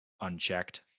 unchecked